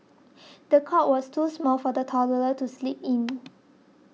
the cot was too small for the toddler to sleep in